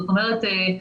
זאת אומרת,